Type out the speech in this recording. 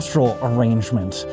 arrangement